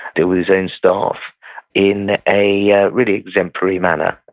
deal with his own staff in a ah really exemplary manner.